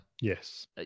Yes